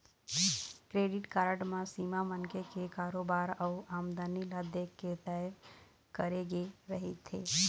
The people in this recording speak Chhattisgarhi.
क्रेडिट कारड म सीमा मनखे के कारोबार अउ आमदनी ल देखके तय करे गे रहिथे